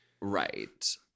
Right